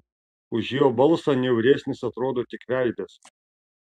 už jo balsą niauresnis atrodo tik veidas